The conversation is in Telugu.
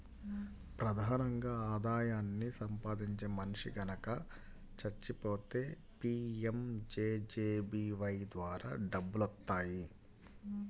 ప్రధానంగా ఆదాయాన్ని సంపాదించే మనిషి గనక చచ్చిపోతే పీయంజేజేబీవై ద్వారా డబ్బులొత్తాయి